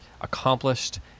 accomplished